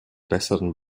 besseren